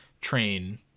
train